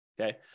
Okay